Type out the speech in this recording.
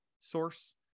source